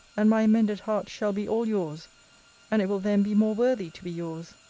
and my amended heart shall be all yours and it will then be more worthy to be yours.